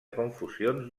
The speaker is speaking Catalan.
confusions